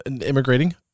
immigrating